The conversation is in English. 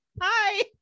hi